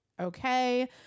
okay